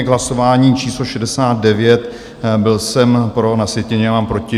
K hlasování číslo 69 byl jsem pro, na sjetině mám proti.